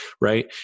right